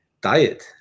diet